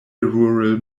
rural